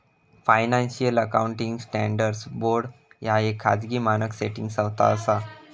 financial accounting standards board ह्या येक खाजगी मानक सेटिंग संस्था असा